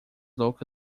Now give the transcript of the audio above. louca